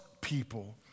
people